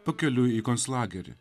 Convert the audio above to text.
pakeliui į konclagerį